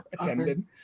attended